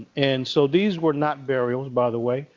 and so these were not burials by the way.